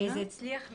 זה הצליח מאוד.